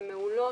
הן מעולות,